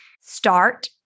start